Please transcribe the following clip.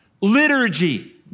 liturgy